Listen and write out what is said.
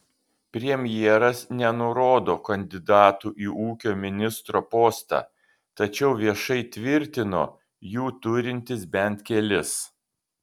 premjeras nenurodo kandidatų į ūkio ministro postą tačiau viešai tvirtino jų turintis bent kelis